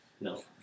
no